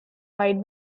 white